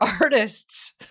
artists